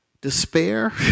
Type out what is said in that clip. despair